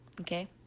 Okay